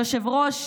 היושב-ראש,